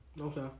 Okay